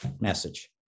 message